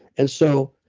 and so,